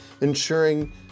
ensuring